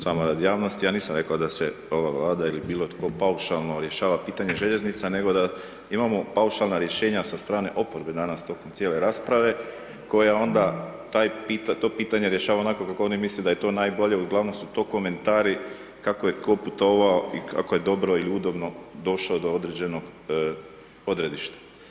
Samo radi javnosti, ja nisam rekao da se ova Vlada ili bilo tko paušalno rješava pitanje željeznica nego da imamo paušalna rješenja sa strane oporbe danas tijekom cijele rasprave koja onda to pitanje rješava onako kako oni to misle da je to najbolje, uglavnom su to komentari kako je tko putovao i kako je dobro ili udobno došao do određenog odredišta.